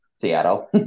Seattle